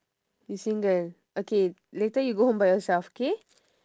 you single okay later you go home by yourself K